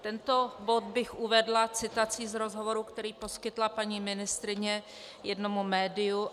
Tento bod bych uvedla citací z rozhovoru, který poskytla paní ministryně jednomu médiu.